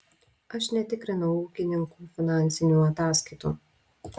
aš netikrinau ūkininkų finansinių ataskaitų